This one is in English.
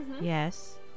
Yes